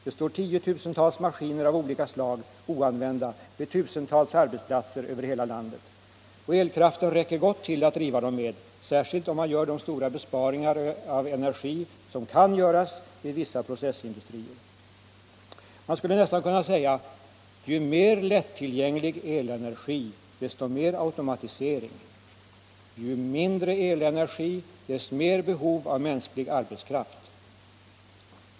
Det står tiotusentals maskiner av olika slag oanvända vid tusentals arbetsplatser över hela landet, och elkraften räcker gott till att driva dem med — särskilt om man gör de stora besparingar av energi som kan göras vid vissa processindustrier. Man skulle nästan kunna säga: Ju mer lätttillgänglig elenergi, desto mer automatisering — ju mindre elenergi, desto mer behov av mänsklig arbetskraft.